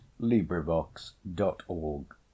LibriVox.org